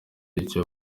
ibyo